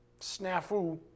snafu